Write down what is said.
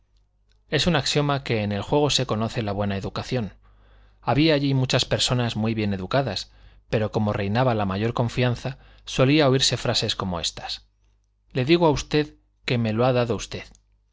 es un axioma que en el juego se conoce la buena educación había allí muchas personas muy bien educadas pero como reinaba la mayor confianza solía oírse frases como estas le digo a usted que me lo ha dado usted